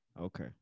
Okay